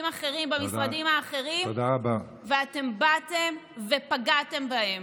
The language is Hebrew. אחרים במשרדים האחרים ואתם באתם ופגעתם בהם.